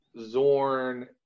Zorn